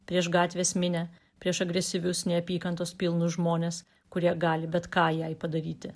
prieš gatvės minią prieš agresyvius neapykantos pilnus žmones kurie gali bet ką jai padaryti